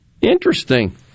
Interesting